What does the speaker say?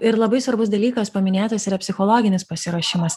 ir labai svarbus dalykas paminėtas yra psichologinis pasiruošimas